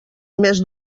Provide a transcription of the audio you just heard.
més